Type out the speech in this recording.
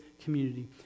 community